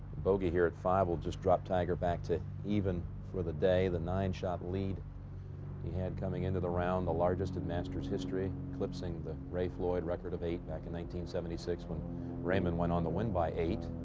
bogey here at five will just drop tiger back to even for the day. the nine-shot lead he had coming into the round, the largest in masters history eclipsing the ray floyd record of eight back in nineteen seventy-six when raymond went on the win by eight.